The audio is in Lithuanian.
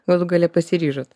galų gale pasiryžot